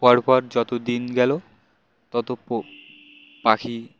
পরপর যত দিন গেল তত পো পাখি